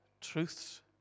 truths